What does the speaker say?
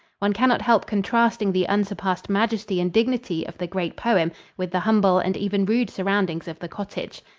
one can not help contrasting the unsurpassed majesty and dignity of the great poem with the humble and even rude surroundings of the cottage.